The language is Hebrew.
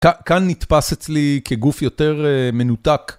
כאן נתפס אצלי כגוף יותר מנותק.